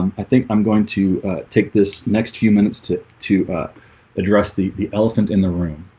um i think i'm going to take this next few minutes to to address the the elephant in the room